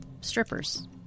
strippers